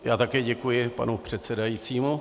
Já také děkuji panu předsedajícímu.